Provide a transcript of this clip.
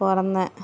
பிறந்தேன்